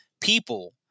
people